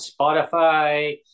Spotify